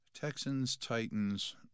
Texans-Titans